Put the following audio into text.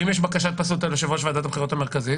ואם יש בקשת פסלות על יושב-ראש ועדת הבחירות המרכזית?